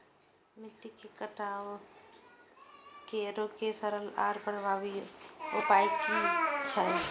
मिट्टी के कटाव के रोके के सरल आर प्रभावी उपाय की?